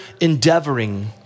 endeavoring